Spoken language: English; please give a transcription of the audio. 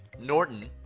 norton.